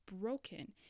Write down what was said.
broken